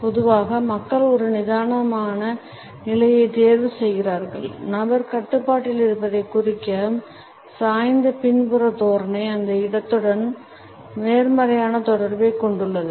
பொதுவாக மக்கள் ஒரு நிதானமான நிலையைத் தேர்வு செய்கிறார்கள் நபர் கட்டுப்பாட்டில் இருப்பதைக் குறிக்கும் சாய்ந்த பின்புற தோரணை அந்த இடத்துடன் நேர்மறையான தொடர்பைக் கொண்டுள்ளது